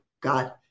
God